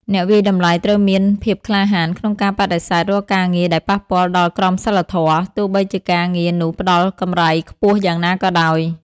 អ្នកវាយតម្លៃត្រូវមានភាពក្លាហានក្នុងការបដិសេធរាល់ការងារដែលប៉ះពាល់ដល់ក្រមសីលធម៌ ទោះបីជាការងារនោះផ្តល់កម្រៃខ្ពស់យ៉ាងណាក៏ដោយ។